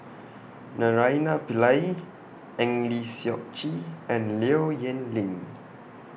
Naraina Pillai Eng Lee Seok Chee and Low Yen Ling